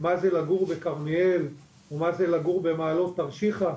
המתוכנן וזמני המתנה ארוכים במוקד השירות